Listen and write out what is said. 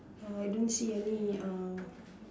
uh I don't see any uh